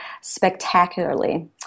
spectacularly